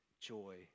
joy